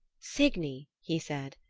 signy! he said,